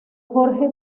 jorge